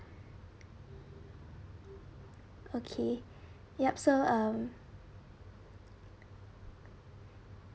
okay yup so um